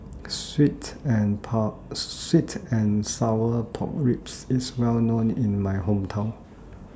Sweet and Sour Pork Ribs IS Well known in My Hometown